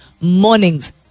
mornings